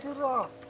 rauk